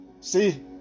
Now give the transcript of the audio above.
See